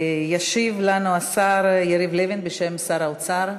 ישיב לנו השר יריב לוין בשם שר האוצר.